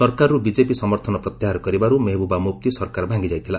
ସରକାରରୁ ବିଜେପି ସମର୍ଥନ ପ୍ରତ୍ୟାହାର କରିବାରୁ ମେହେବୁବା ମୁଫ୍ତି ସରକାର ଭାଙ୍ଗି ଯାଇଥିଲା